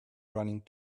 running